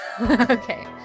okay